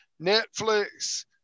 netflix